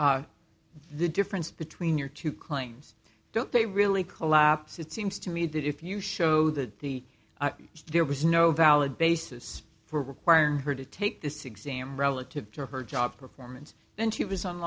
different the difference between your two claims don't they really collapse it seems to me that if you show that the there was no valid basis for requiring her to take this exam relative to her job performance and she was